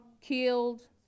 killed